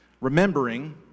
Remembering